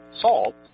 salt